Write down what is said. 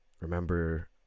remember